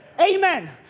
Amen